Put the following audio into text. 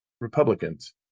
Republicans